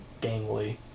gangly